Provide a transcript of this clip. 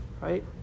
right